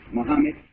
Muhammad